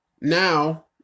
Now